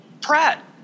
Pratt